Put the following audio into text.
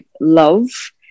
love